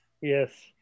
Yes